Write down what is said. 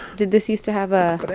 did this used to have a.